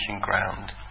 ground